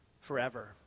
forever